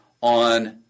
on